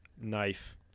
knife